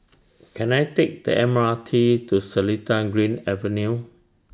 Can I Take The M R T to Seletar Green Avenue